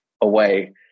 away